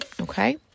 Okay